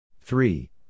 Three